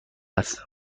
است